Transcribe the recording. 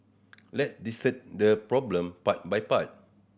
let's dissect the problem part by part